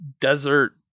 Desert